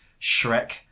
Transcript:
Shrek